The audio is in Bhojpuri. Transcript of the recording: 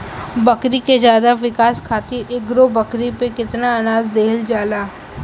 बकरी के ज्यादा विकास खातिर एगो बकरी पे कितना अनाज देहल जाला?